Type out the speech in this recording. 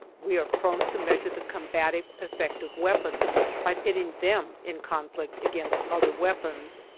we are prone to measure the combative effect of weapons by pitting them in conflict against other weapons.